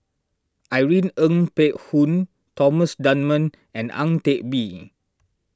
Irene Ng Phek Hoong Thomas Dunman and Ang Teck Bee